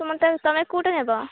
ତମ ଟା ତୁମେ କେଉଁଟା ନେବ